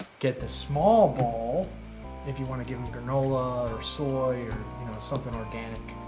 get the small bowl if you want to give them granola or soy or something organic.